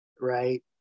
right